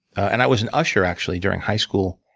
and i was an usher, actually, during high school,